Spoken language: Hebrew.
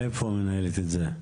איפה את מנהלת את זה?